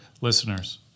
listeners